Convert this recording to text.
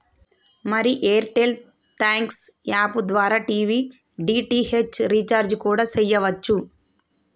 మరి Airtel thanks app ద్వారా TV DTH recharge కూడా సెయ్యవచ్చు